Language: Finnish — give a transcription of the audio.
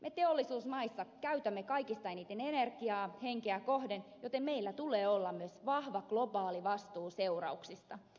me teollisuusmaissa käytämme kaikista eniten energiaa henkeä kohden joten meillä tulee olla myös vahva globaali vastuu seurauksista